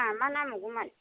मा मा नांबावगौमोन